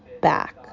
back